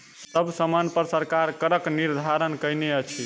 सब सामानपर सरकार करक निर्धारण कयने अछि